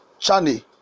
Chani